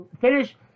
finish